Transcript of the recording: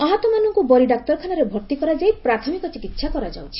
ଆହତମାନଙ୍କୁ ବରୀ ଡାକ୍ତରଖାନାରେ ଭର୍ତ୍ତି କରାଯାଇ ପ୍ରାଥମିକ ଚିକିସା କରାଯାଉଛି